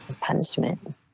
punishment